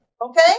Okay